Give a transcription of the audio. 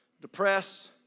depressed